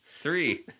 Three